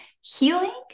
Healing